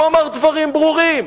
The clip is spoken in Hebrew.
הוא אמר דברים ברורים.